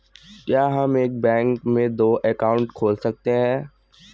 क्या हम एक बैंक में दो अकाउंट खोल सकते हैं?